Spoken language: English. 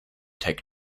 take